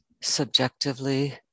subjectively